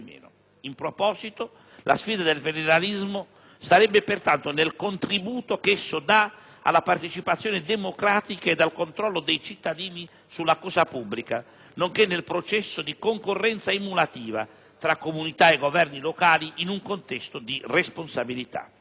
In proposito, la sfida del federalismo starebbe pertanto nel contributo che esso dà alla partecipazione democratica ed al controllo dei cittadini sulla cosa pubblica, nonché nel processo di concorrenza emulativa tra comunità e governi locali in un contesto di responsabilità.